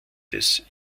des